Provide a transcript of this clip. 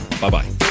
Bye-bye